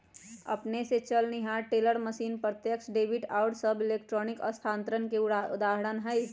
अपने स चलनिहार टेलर मशीन, प्रत्यक्ष डेबिट आउरो सभ इलेक्ट्रॉनिक स्थानान्तरण के उदाहरण हइ